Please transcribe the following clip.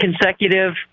consecutive